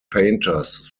painters